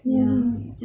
mm